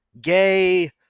gay